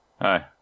Hi